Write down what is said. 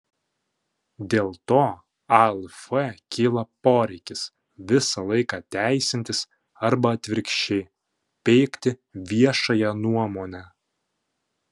dėl to alf kyla poreikis visą laiką teisintis arba atvirkščiai peikti viešąją nuomonę